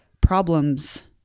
problems